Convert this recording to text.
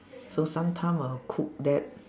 so sometime I'll cook that